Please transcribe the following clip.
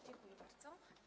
Dziękuję bardzo.